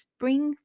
Spring